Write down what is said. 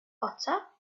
butter